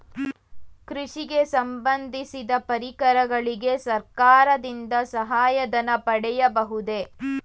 ಕೃಷಿಗೆ ಸಂಬಂದಿಸಿದ ಪರಿಕರಗಳಿಗೆ ಸರ್ಕಾರದಿಂದ ಸಹಾಯ ಧನ ಪಡೆಯಬಹುದೇ?